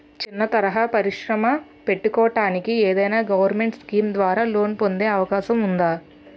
చిన్న తరహా పరిశ్రమ పెట్టుకోటానికి ఏదైనా గవర్నమెంట్ స్కీం ద్వారా లోన్ పొందే అవకాశం ఉందా?